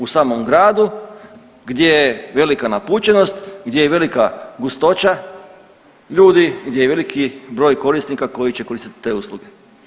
U samom gradu gdje je velika napučenost, gdje je velika gustoća ljudi, gdje je veliki broj korisnika koji će koristiti te usluge.